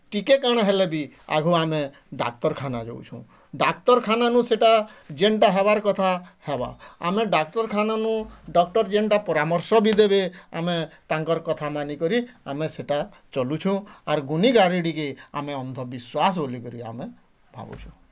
ଟିକେ କ'ଣ ହେଲେ ବି ଆଗେ ଆମେ ଡାକ୍ଟରଖାନା ଯାଉଛୁଁ ଡାକ୍ଟରଖାନାନୁ ସେଇଟା ଯେନ୍ଟା ହବାର କଥା ହବ ଆମେ ଡାକ୍ଟରଖାନା ନୁ ଡକ୍ଟର ଯେନ୍ଟା ପରାମର୍ଶ ବି ଦେବେ ଆମେ ତାଙ୍କର କଥା ମାନି କରି ଆମେ ସେଇଟା ଚଲୁଛୁ ଆର୍ ଗୁନି ଗାରେଡ଼ି କେ ଆମେ ଅନ୍ଧବିଶ୍ୱାସ ବୋଲି କରି ଆମେ ଭାବୁଛୁଁ